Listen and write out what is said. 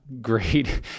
great